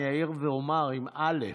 אני אעיר ואומר, א.